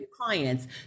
clients